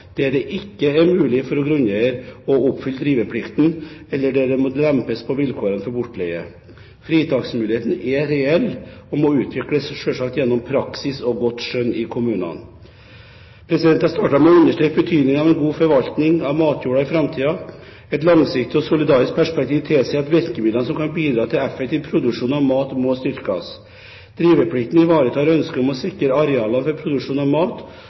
der det ikke er mulig for grunneier å oppfylle driveplikten, eller der det må lempes på vilkårene for bortleie. Fritaksmuligheten er reell og må selvsagt utvikles gjennom praksis og godt skjønn i kommunene. Jeg startet med å understreke betydningen av en god forvaltning av matjorda i framtiden. Et langsiktig og solidarisk perspektiv tilsier at virkemidler som kan bidra til effektiv produksjon av mat, må styrkes. Driveplikten ivaretar ønsket om å sikre arealene for produksjon av mat,